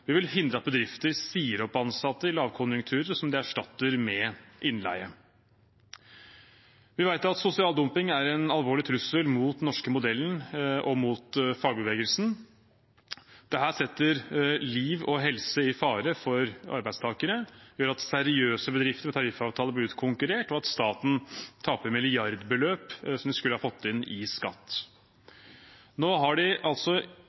Vi vil hindre at bedrifter sier opp ansatte i lavkonjunkturer som de erstatter med innleie. Vi vet at sosial dumping er en alvorlig trussel mot den norske modellen og mot fagbevegelsen. Dette setter liv og helse i fare for arbeidstakere og gjør at seriøse bedrifter og tariffavtaler blir utkonkurrert, og at staten taper milliardbeløp som de skulle ha fått inn i skatt. Nå har man altså